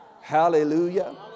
Hallelujah